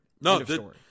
No